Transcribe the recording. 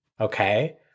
Okay